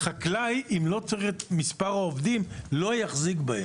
חקלאי לא יחזיק במספר עובדים שהוא לא צריך.